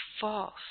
false